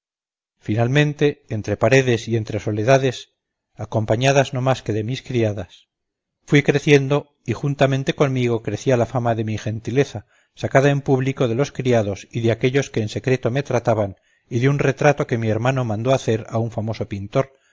finalmente entre paredes y entre soledades acompañadas no más que de mis criadas fui creciendo y juntamente conmigo crecía la fama de mi gentileza sacada en público de los criados y de aquellos que en secreto me trataban y de un retrato que mi hermano mandó hacer a un famoso pintor